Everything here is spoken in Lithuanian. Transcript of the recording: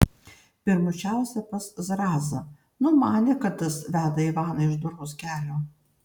pirmučiausia pas zrazą numanė kad tas veda ivaną iš doros kelio